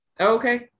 Okay